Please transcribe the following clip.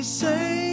say